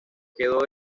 quedó